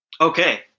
Okay